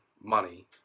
money